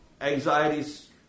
Anxieties